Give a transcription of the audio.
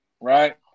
right